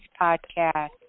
podcast